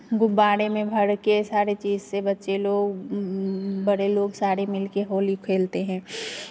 गुब्बारे में भर के सारे चीज़ से बच्चे लोग बड़े लोग सारे मिल के होली खेलते हैं